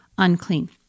Unclean